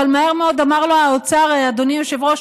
אבל מהר מאוד אמר לו האוצר: אדוני היושב-ראש,